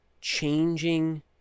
changing